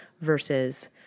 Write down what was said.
versus